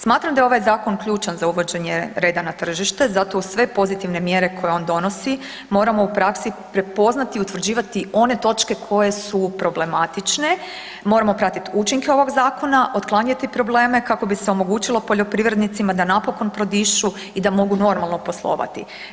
Smatram da je ovaj zakon ključan za uvođenje reda na tržište, zato uz sve pozitivne mjere koje on donosi moramo u praksi prepoznati i utvrđivati one točke koje su u problematične, moramo pratiti učinke ovog zakona, otklanjati probleme kako bi se omogućilo poljoprivrednicima da napokon prodišu i da mogu normalno poslovati.